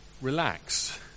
Relax